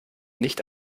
nicht